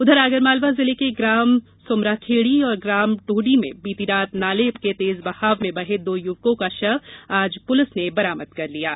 उधर आगरमालवा जिले के ग्राम सुमराखेडी और ग्राम ढोटी में बीती रात नाले के तेज बहाव में बहे दो युवको का शव आज पुलिस ने बरामद कर लिया है